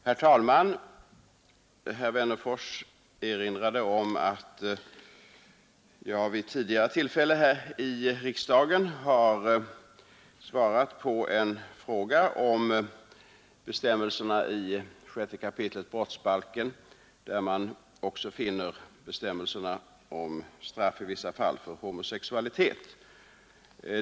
Herr talman! Herr Wennerfors erinrade om att jag vid ett tidigare tillfälle här i riksdagen har svarat på en fråga om bestämmelserna i 6 kap. brottsbalken, där man återfinner bestämmelserna om straff i vissa fall för homosexualitet.